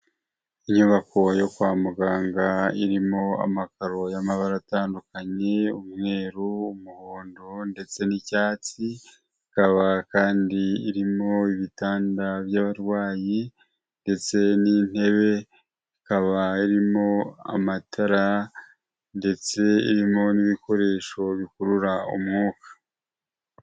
Inyubako yo kwa muganga irimo amakaro y'amabara atandukanye, umweru, umuhondo ndetse n'icyatsi, ikaba kandi irimo ibitanda by'abarwayi ndetse n'intebe, ikaba irimo amatara ndetse irimo n'ibikoresho bikurura umwuka.